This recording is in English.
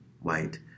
White